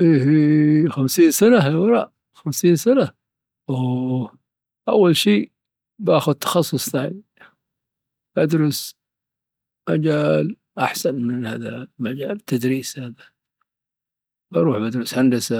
أيه خمسين سنة الى الوراء خمسين سنة خمسين سنة؟ أول شي باخذ تخصص ثاني، بدرس مجال أحسن من هذا المجال هذا ، التدريس. بروح بدرس هندسة